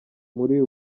muri